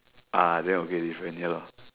ah then okay different ya lor